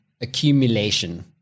accumulation